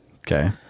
okay